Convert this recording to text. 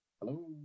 Hello